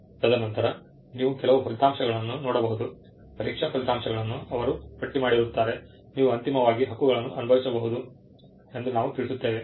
ತದನಂತರ ನೀವು ಕೆಲವು ಫಲಿತಾಂಶಗಳನ್ನು ನೋಡಬಹುದು ಪರೀಕ್ಷಾ ಫಲಿತಾಂಶಗಳನ್ನು ಅವರು ಪಟ್ಟಿ ಮಾಡಿರುತ್ತಾರೆ ನೀವು ಅಂತಿಮವಾಗಿ ಹಕ್ಕುಗಳನ್ನು ಅನುಭವಿಸಬಹುದು ಎಂದು ನಾವು ತಿಳಿಸುತ್ತೇವೆ